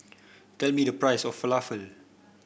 tell me the price of Falafel